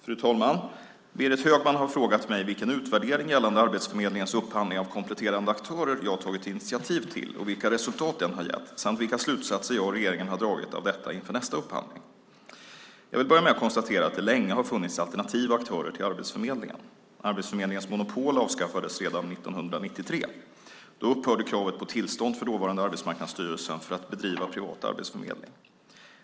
Fru talman! Berit Högman har frågat mig vilken utvärdering gällande Arbetsförmedlingens upphandling av kompletterande aktörer jag har tagit initiativ till och vilka resultat den har gett samt vilka slutsatser jag och regeringen har dragit av detta inför nästa upphandling. Jag vill börja med att konstatera att det länge har funnits alternativa aktörer till Arbetsförmedlingen. Arbetsförmedlingens monopol avskaffades redan 1993. Då upphörde kravet på tillstånd från dåvarande Arbetsmarknadsstyrelsen för att bedriva privat arbetsförmedling.